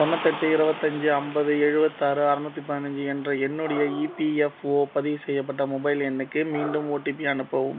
தொண்ணூத்தெட்டு இருபத்தஞ்சு ஐம்பது எழுபத்தாறு அறநூற்றி பதினஞ்சு என்ற என்னுடைய இபிஎஃப்ஓ பதிவு செய்யப்பட்ட மொபைல் எண்ணுக்கு மீண்டும் ஓடிபி அனுப்பவும்